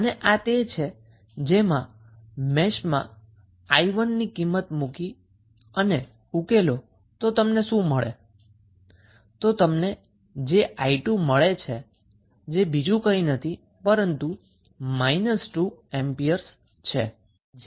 આ તે છે જે તમે મેશ 2 ના કિસ્સામાં ઉપયોગ કર્યો છે 𝑖1 ની વેલ્યુ અહી મુકો અને ઉકેલો તો તમને 𝑖2 મળે છે જે બીજું કંઈ નથી પરંતુ 2 એમ્પિયર છે